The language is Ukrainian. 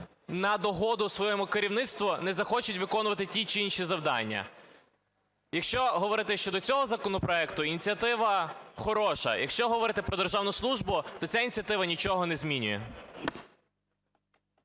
на догоду своєму керівництву не захочуть виконувати ті чи інші завдання. Якщо говорити щодо цього законопроекту, ініціатива хороша, якщо говорити про державну службу, то ця ініціатива нічого не змінює.